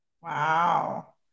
wow